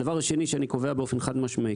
הדבר השני שאני קובע באופן חד-משמעי,